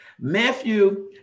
Matthew